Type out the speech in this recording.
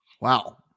Wow